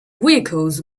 vehicles